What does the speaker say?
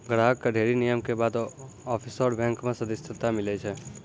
ग्राहक कअ ढ़ेरी नियम के बाद ऑफशोर बैंक मे सदस्यता मीलै छै